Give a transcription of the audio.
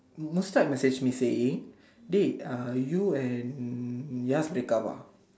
Mustad messaged me saying dey uh you and Yaz break up ah